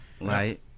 Right